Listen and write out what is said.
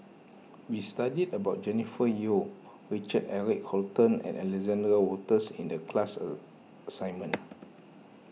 we studied about Jennifer Yeo Richard Eric Holttum and Alexander Wolters in the class assignment